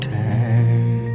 time